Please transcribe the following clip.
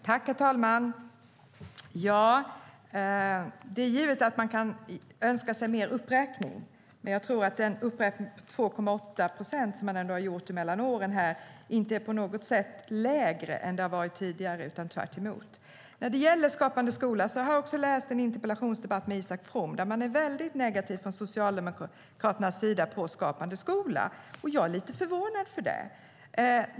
Herr talman! Det är givet att man kan önska sig mer uppräkning. Men jag tror att uppräkningen med 2,8 procent, som ändå har gjorts mellan åren, inte på något sätt är lägre än tidigare utan tvärtom. När det gäller Skapande skola har jag läst en interpellationsdebatt med Isak From där man är väldigt negativ från Socialdemokraternas sida till Skapande skola, och jag är lite förvånad över det.